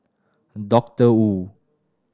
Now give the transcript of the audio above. Doctor Wu